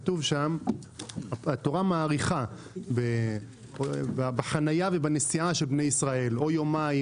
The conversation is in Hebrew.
כתוב שם: התורה מאריכה בחנייה ובנסיעה של בני ישראל או יומיים,